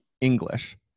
English